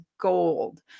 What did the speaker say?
gold